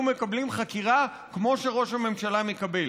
מקבלים חקירה כמו שראש הממשלה מקבל.